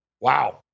Wow